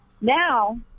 now